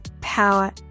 power